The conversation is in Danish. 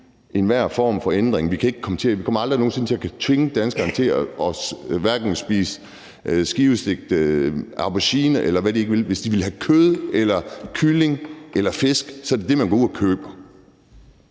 Vi kommer aldrig nogen sinde til at kunne tvinge danskerne til at spise skiveskåret stegt aubergine, eller hvad det kunne være. Hvis de vil have kød, kylling eller fisk, er det det, man går ud og køber.